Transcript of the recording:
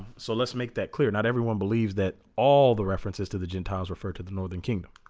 so let's make that clear not everyone believes that all the references to the gentiles refer to the northern kingdom